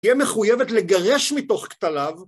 תהיה מחויבת לגרש מתוך כתליו.